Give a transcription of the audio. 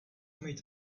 mít